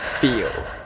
feel